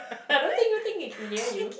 I don't even think they can hear you